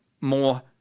more